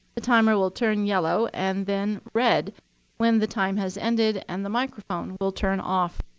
the timer will turn yellow, and then red when the time has ended, and the microphone will turn off.